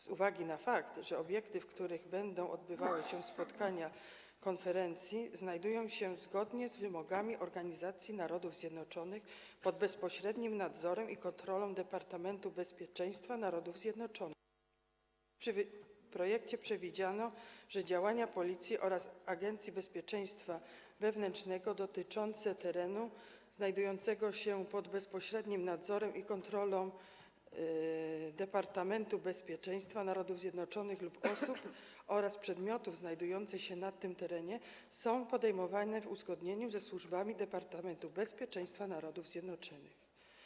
Z uwagi na fakt, że obiekty, w których będą odbywały się spotkania konferencji, zgodnie z wymogami Organizacji Narodów Zjednoczonych znajdują się pod bezpośrednim nadzorem i kontrolą Departamentu Bezpieczeństwa Narodów Zjednoczonych, w projekcie przewidziano, że działania Policji oraz Agencji Bezpieczeństwa Wewnętrznego dotyczące terenu znajdującego się pod bezpośrednim nadzorem i kontrolą Departamentu Bezpieczeństwa Narodów Zjednoczonych lub osób oraz przedmiotów znajdujących się na tym terenie są podejmowane w uzgodnieniu ze służbami Departamentu Bezpieczeństwa Narodów Zjednoczonych.